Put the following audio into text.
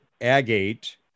agate